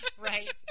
Right